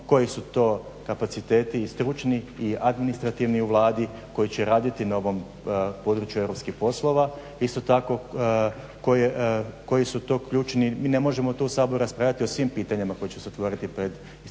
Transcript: koji su to kapaciteti i stručni i administrativni u Vladi koji će raditi na ovom području europskih poslova. Isto tako koji su to ključni, mi ne možemo tu u Saboru raspravljati o svim pitanjima koji će se otvoriti pred institucijama